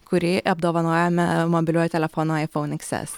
kurį apdovanojame mobiliuoju telefonu iphone xs